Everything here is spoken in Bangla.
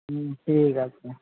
হুম ঠিক আছে